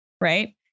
right